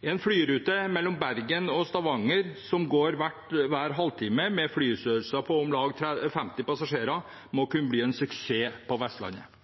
En flyrute mellom Bergen og Stavanger som går hver halvtime, med flystørrelse på om lag 50 passasjerer, må kunne bli en suksess på Vestlandet.